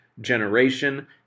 generation